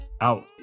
out